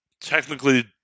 technically